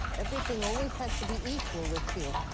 everything always has to be equal with you.